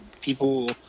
people